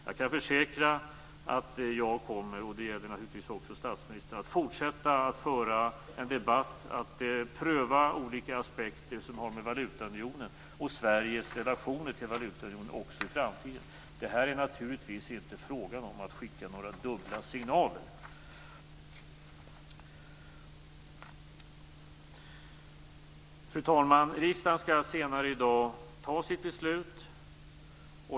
Jag kan försäkra att jag, och det gäller naturligtvis också statsministern, kommer att fortsätta att föra en debatt och att pröva olika aspekter som har med valutaunionen och Sveriges relationer till denna att göra också i framtiden. Det här är naturligtvis inte en fråga om att skicka några dubbla signaler. Fru talman! Riksdagen skall senare i dag fatta sitt beslut.